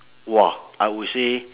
!wah! I would say